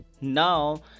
now